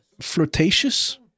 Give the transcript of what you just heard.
flirtatious